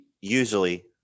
usually